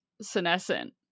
senescent